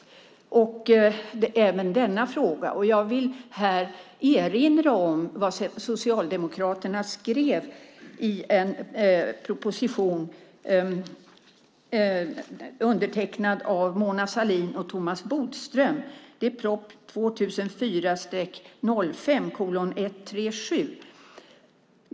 Det gäller även denna fråga. Jag vill här erinra om vad Socialdemokraterna skrev i en proposition undertecknad av Mona Sahlin och Thomas Bodström. Det är proposition 2004/05:137.